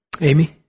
Amy